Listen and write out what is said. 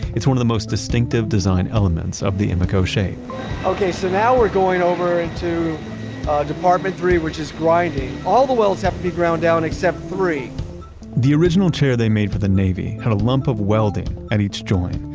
it's one of the most distinctive design elements of the emeco shape okay so now we are going over into department three which is grinding. all the welds have to be ground down, except for three the original chair they made for the navy, had a lump of welding at each joint,